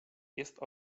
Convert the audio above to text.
jest